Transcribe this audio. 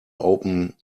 open